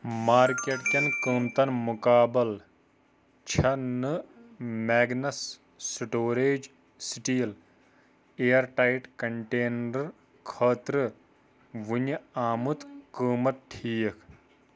market کٮ۪ن قۭمٕتن مُقابل چھَ نہٕ میگنَس storage steel air tight container خٲطرٕ وُنہِ آمُت قۭمَت ٹھیٖک